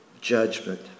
judgment